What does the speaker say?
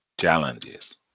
challenges